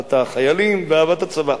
אהבת החיילים ואהבת הצבא.